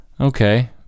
Okay